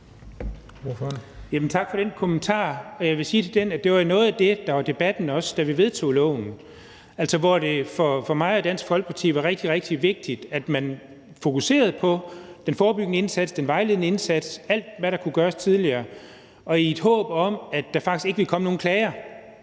Tak for den kommentar. Jeg vil sige til den, at det var noget af det, der også var debat om, da vi vedtog loven. Her var det for mig og Dansk Folkeparti rigtig, rigtig vigtigt, at man fokuserede på den forebyggende indsats, den vejledende indsats – alt, hvad der kunne gøres tidligere – i håb om at der faktisk ikke ville komme nogen klager